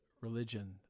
religion